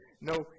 No